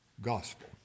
gospel